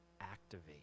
activate